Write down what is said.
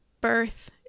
birth